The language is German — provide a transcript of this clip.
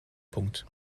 punkt